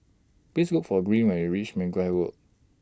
Please Look For Green when YOU REACH Mergui Road